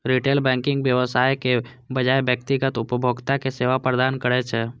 retail banking व्यवसायक बजाय व्यक्तिगत उपभोक्ता कें सेवा प्रदान करै छै